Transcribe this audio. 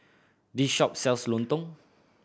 this shop sells lontong